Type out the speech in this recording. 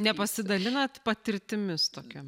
nepasidalinat patirtimis tokiom